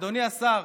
אדוני השר,